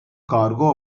cargo